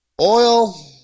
Oil